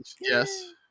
Yes